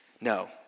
No